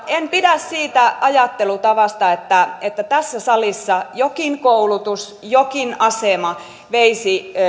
en pidä siitä ajattelutavasta että että tässä salissa jokin koulutus tai jokin asema veisi